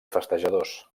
festejadors